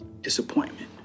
Disappointment